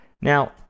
now